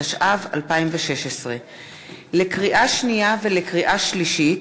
התשע"ו 2016. לקריאה שנייה ולקריאה שלישית: